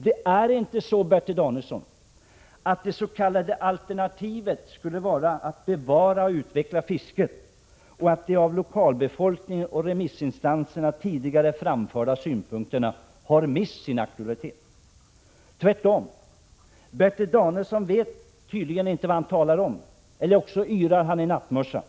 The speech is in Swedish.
Det är inte så, Bertil Danielsson, att det s.k. alternativet skulle vara att bevara och utveckla fisket och att de av lokalbefolkningen och remissinstanserna tidigare framförda synpunkterna har mist sin aktualitet — tvärtom. Bertil Danielsson vet tydligen inte vad han talar om, eller också pratar han 145 inattmössan.